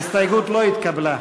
ההסתייגות לא התקבלה.